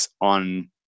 on